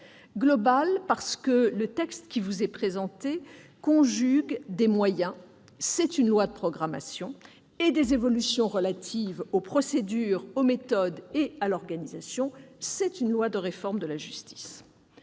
Globale, parce que le texte qui vous est présenté conjugue des moyens- c'est une loi de programmation -et des évolutions relatives aux procédures, aux méthodes et à l'organisation- c'est une loi de réforme de la justice.